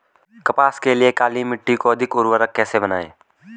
कपास के लिए काली मिट्टी को अधिक उर्वरक कैसे बनायें?